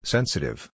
Sensitive